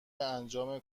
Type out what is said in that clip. انجام